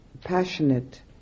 passionate